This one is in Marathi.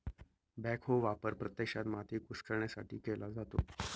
बॅकहो वापर प्रत्यक्षात माती कुस्करण्यासाठी केला जातो